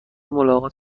ملاقات